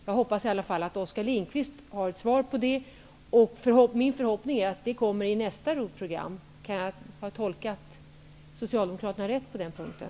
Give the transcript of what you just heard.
Jag hoppas att Oskar Lindkvist har ett svar. Min förhoppning är att detta kommer med i nästa ROT program. Har jag tolkat Socialdemokraterna rätt på den punkten?